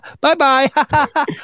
Bye-bye